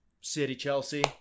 City-Chelsea